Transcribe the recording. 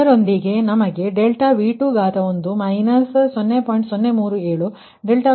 ಇದರೊಂದಿಗೆ ನಮಗೆ ∆V2 0